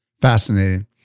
Fascinating